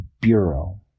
bureau